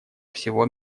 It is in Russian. всего